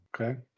Okay